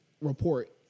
report